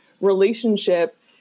relationship